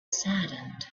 saddened